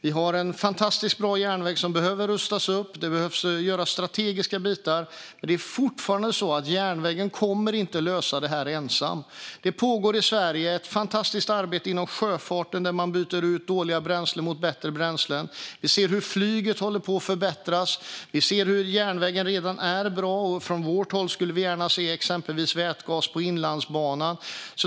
Vi har en fantastiskt bra järnväg som behöver rustas upp. Det behöver göras strategiska bitar, men det är fortfarande så att enbart järnvägen inte kommer att lösa det här. Det pågår i Sverige ett fantastiskt arbete inom sjöfarten där man byter ut dåliga bränslen mot bättre bränslen. Vi ser hur flyget håller på att förbättras. Vi ser hur järnvägen redan är bra. Från vårt håll skulle vi gärna se exempelvis vätgas på Inlandsbanan.